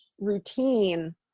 routine